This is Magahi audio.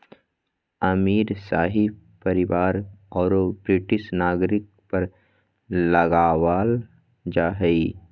अमीर, शाही परिवार औरो ब्रिटिश नागरिक पर लगाबल जा हइ